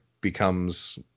becomes